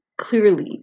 clearly